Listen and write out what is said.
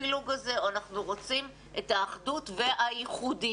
הפילוג הזה או אנחנו רוצים את האחדות והייחודיות?